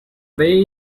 bay